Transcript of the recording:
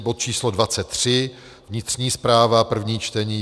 bod číslo 23, vnitřní správa, první čtení,